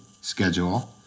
schedule